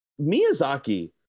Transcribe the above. Miyazaki